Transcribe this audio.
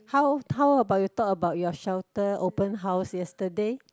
how how about you thought about your shelter open house yesterday